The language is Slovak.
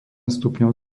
stupňov